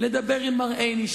לדבר עם מר עיני,